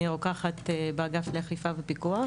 אני רוקחת באגף לאכיפה ופיקוח